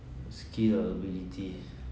skill ability